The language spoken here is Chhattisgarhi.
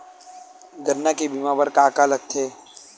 गन्ना के बीमा बर का का लगथे?